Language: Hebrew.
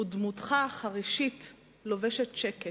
ודמותך החרישית לובשת שקט,